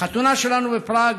בחתונה שלנו בפראג,